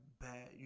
bad